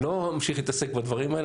אני לא ממשיך להתעסק בדברים האלה,